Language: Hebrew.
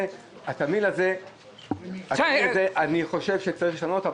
אני חושב שצריך לשנות את התמהיל הזה.